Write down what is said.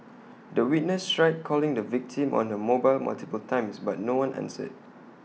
the witness tried calling the victim on her mobile multiple times but no one answered